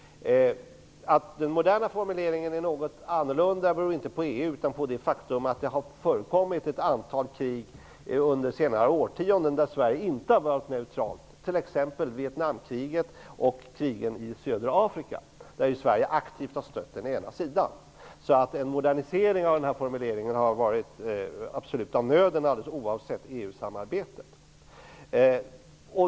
Att den moderna formuleringen är något annorlunda beror inte på EU utan på att det har förekommit ett antal krig under senare årtionden då Sverige inte har varit neutralt, t.ex. Vietnamkriget och krigen i södra Afrika. Då har Sverige aktivt stött den ena sidan. En modernisering av denna formulering har varit av nöden alldeles oavsett EU-samarbetet.